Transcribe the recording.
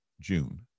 June